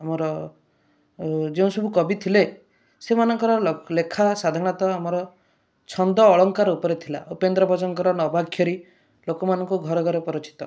ଆମର ଯେଉଁ ସବୁ କବି ଥିଲେ ସେମାନଙ୍କର ଲେଖା ସାଧାରଣତଃ ଆମର ଛନ୍ଦ ଅଳଙ୍କାର ଉପରେ ଥିଲା ଉପେନ୍ଦ୍ର ଭଞ୍ଜଙ୍କର ନବାକ୍ଷରି ଲୋକମାନଙ୍କୁ ଘରେ ଘରେ ପରିଚିତ